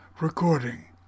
recording